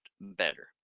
better